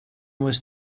was